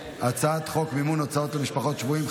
חוק מימון הוצאות למשפחות שבויים,